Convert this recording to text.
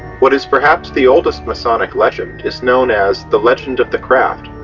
what is perhaps the oldest masonic legend is known as the legend of the craft,